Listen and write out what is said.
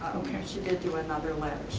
okay, she did do another letter,